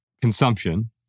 consumption